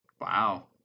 Wow